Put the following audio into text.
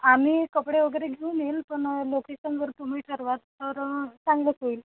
आम्ही कपडे वगैरे घेऊन येईल पण लोकेशनवर तुम्ही ठरवाल तर चांगलंच होईल